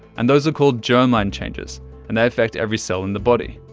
and those are called germ line changes and they affect every cell in the body.